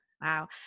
Wow